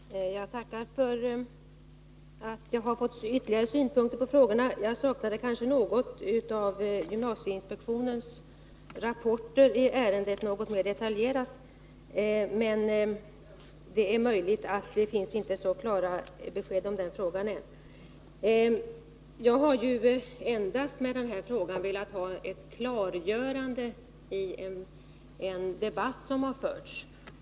Herr talman! Jag tackar för att jag har fått ytterligare synpunkter på frågorna. Jag saknade kanske något mer detaljerade uppgifter från gymnasieinspektionens rapporter i ärendet. Men det är möjligt att det inte finns så klara besked än. Med den här frågan har jag endast velat få ett klargörande i en debatt som har förts.